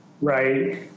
right